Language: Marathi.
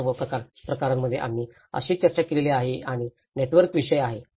तर सर्व प्रकरणांमध्ये आम्ही चर्चा केलेली प्रक्रिया आणि नेटवर्क विषयी आहे